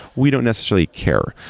we don't necessarily care.